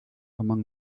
among